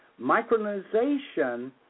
micronization